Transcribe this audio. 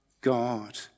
God